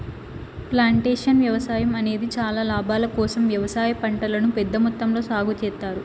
plantation వ్యవసాయం అనేది లాభాల కోసం వ్యవసాయ పంటలను పెద్ద మొత్తంలో సాగు చేత్తారు